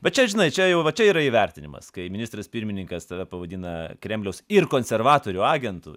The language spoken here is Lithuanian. bet čia žinai čia jau va čia yra įvertinimas kai ministras pirmininkas tave pavadina kremliaus ir konservatorių agentu